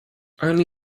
only